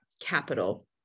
capital